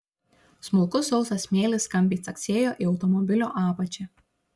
smulkus sausas smėlis skambiai caksėjo į automobilio apačią